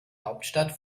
hauptstadt